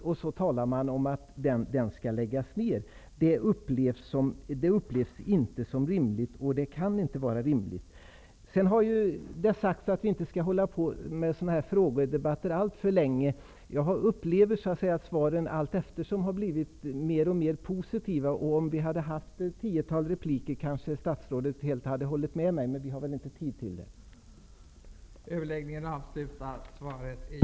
Nu talar man om att den skall läggas ned. Detta upplevs inte som och kan inte vara rimligt. Det har sagts att vi inte skall dra ut alltför länge på frågedebatterna. Jag har upplevt att svaren allteftersom blivit mer och mer positiva. Efter ett tiotal repliker hade statsrådet kanske instämt med mig, men vi har väl inte tid för så många inlägg.